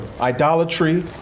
idolatry